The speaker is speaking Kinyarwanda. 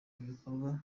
ibikorwa